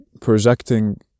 projecting